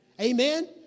Amen